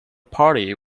party